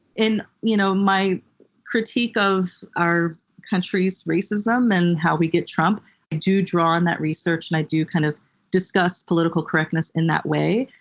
in you know my critique of our country's racism, and how we get trump, i do draw on that research, and i do kind of discuss political correctness in that way.